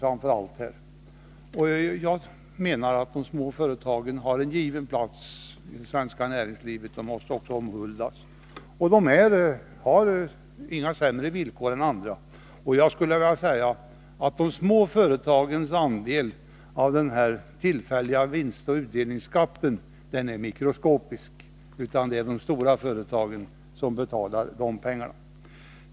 Jag menar att de små företagen har en given plats i det svenska näringslivet; de måste också omhuldas. Och de har inte sämre villkor än andra. Jag skulle vilja säga att de små företagens andel av den här tillfälliga vinstoch utdelningsskatten är mikroskopisk — det är de stora företagen som betalar de pengarna.